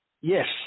Yes